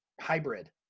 hybrid